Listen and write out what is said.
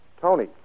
Tony